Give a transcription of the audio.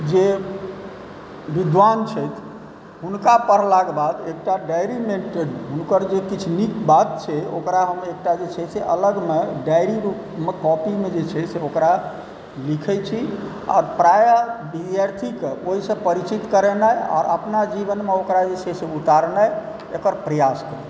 जे विद्वान छथि हुनका पढ़लाके बाद एकटा डायरी मेंटेन हुनकर जे किछु नीक बात छै ओकरा हम एकटा जे छै से अलगमे डायरी रूपमे कॉपीमे जे छै ओकरा लिखै छी आओर प्रायः विद्यार्थीकेॅं ओहिसॅं पैरचित करेनाय अपना जीवनमे ओकरा जे छै से उतारनाइ एकर प्रयास करै छी